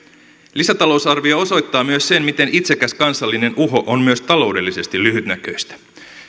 lisätalousarvio osoittaa myös sen miten itsekäs kansallinen uho on myös taloudellisesti lyhytnäköistä